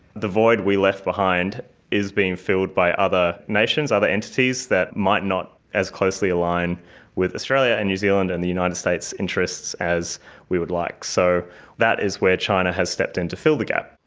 the void we left behind is being filled by other nations, other entities that might not as closely align with australia and new zealand and the united states' interests as we would like, so that is where china has stepped in to fill the gap.